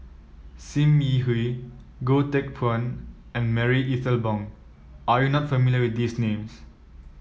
Sim Yi Hui Goh Teck Phuan and Marie Ethel Bong are you not familiar with these names